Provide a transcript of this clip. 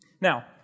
Now